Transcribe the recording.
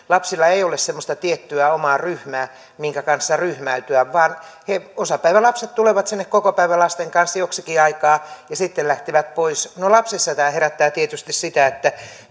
lapsilla ei ole semmoista tiettyä omaa ryhmää minkä kanssa ryhmäytyä vaan osapäivälapset tulevat sinne kokopäivälasten kanssa joksikin aikaa ja sitten lähtevät pois no lapsissa tämä herättää tietysti sitä että